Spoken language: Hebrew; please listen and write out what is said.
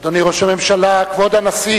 אדוני ראש הממשלה, כבוד הנשיא,